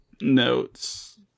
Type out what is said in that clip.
Notes